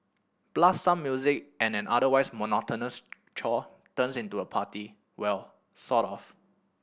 blast some music and an otherwise monotonous chore turns into a party well sort of